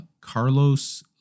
Carlos